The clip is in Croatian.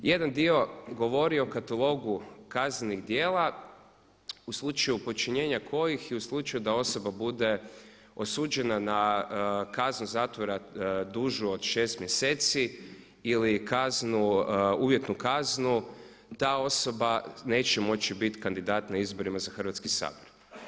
Jedan dio govori o katalogu kaznenih djela u slučaju počinjenja kojih u slučaju da osoba bude osuđena na kaznu zatvora dužu od 6 mjeseci ili uvjetnu kaznu ta osoba neće moći biti kandidat na izborima za Hrvatski sabor.